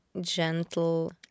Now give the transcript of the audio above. gentle